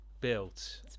built